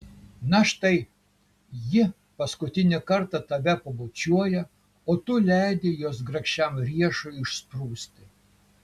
na štai ji paskutinį kartą tave pabučiuoja o tu leidi jos grakščiam riešui išsprūsti